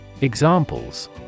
Examples